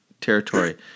territory